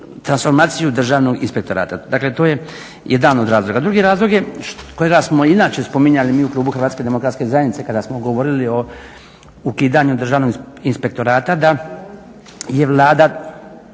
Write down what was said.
transformaciju Državnog inspektorata. Dakle to je jedan od razloga. Drugi razlog kojega smo inače spominjali mi u klubu HDZ-a kada smo govorili o ukidanju Državnog inspektorata, da je Vlada